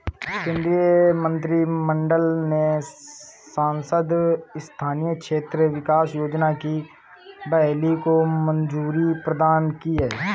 केन्द्रीय मंत्रिमंडल ने सांसद स्थानीय क्षेत्र विकास योजना की बहाली को मंज़ूरी प्रदान की है